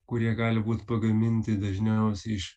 kurie gali būt pagaminti dažniausiai iš